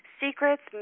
Secrets